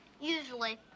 Usually